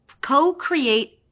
co-create